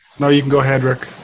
no, you can go ahead rick.